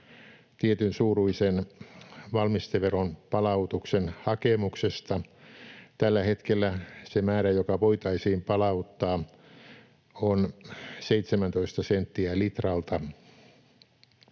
tietyn suuruisen valmisteveron palautuksen hakemuksesta. Tällä hetkellä se määrä, joka voitaisiin palauttaa, on 17 senttiä litralta,